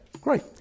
Great